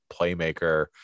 playmaker